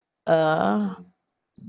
uh